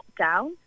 lockdown